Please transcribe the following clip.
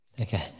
Okay